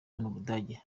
ubudage